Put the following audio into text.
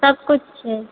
सबकिछु छै